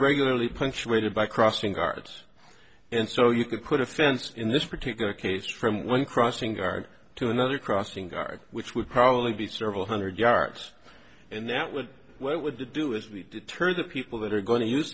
regularly punctuated by crossing guards and so you could put a fence in this particular case from one crossing guard to another crossing guard which would probably be several hundred yards and that was where it would to do is the deter the people that are going to use